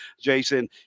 Jason